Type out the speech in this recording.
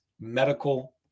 Medical